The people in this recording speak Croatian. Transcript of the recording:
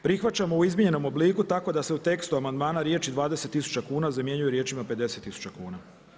Prihvaćamo u izmjenjenom obliku, tako da se u tekstu amandmana riječi 20000 kuna zamjenjuje riječima 50000 kuna.